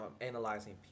analyzing